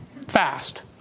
fast